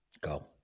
Go